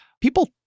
People